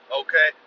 okay